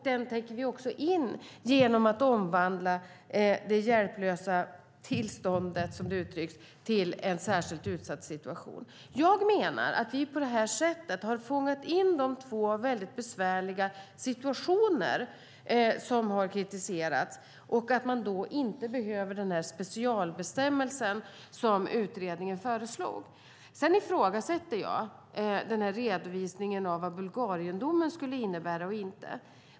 Det täcker vi in genom att omvandla det hjälplösa tillståndet, som det uttrycks, till en särskilt utsatt situation. Jag menar att vi på det här sättet har fångat in de två mycket besvärliga situationer som har kritiserats. Då behöver vi inte den specialbestämmelse som utredningen föreslog. Jag ifrågasätter redovisningen av vad Bulgariendomen skulle innebära eller inte.